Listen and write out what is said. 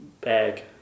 bag